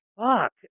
Fuck